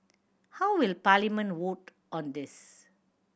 how will Parliament vote on this